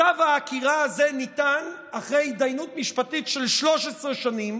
צו העקירה הזה ניתן אחרי התדיינות משפטית של 13 שנים,